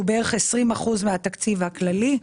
שהוא בערך 20% מהתקציב הכללי,